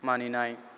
मानिनाय